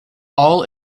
all